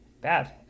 Bad